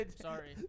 Sorry